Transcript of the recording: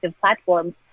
platforms